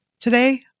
today